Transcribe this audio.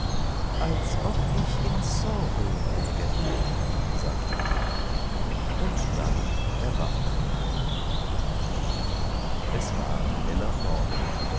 als ob ich in sorö läge sagte tuk und dann erwachte er es war heller morgen